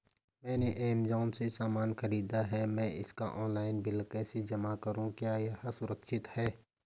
मैंने ऐमज़ान से सामान खरीदा है मैं इसका ऑनलाइन बिल कैसे जमा करूँ क्या यह सुरक्षित है?